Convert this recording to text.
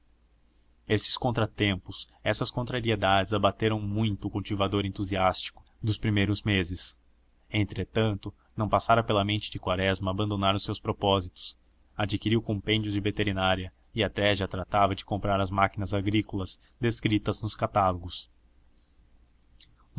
esses contratempos essas contrariedades abateram muito o cultivador entusiástico dos primeiros meses entretanto não passara pela mente de quaresma abandonar os seus propósitos adquiriu compêndios de veterinária e até já tratava de comprar as máquinas agrícolas descritas nos catálogos